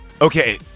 Okay